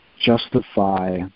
justify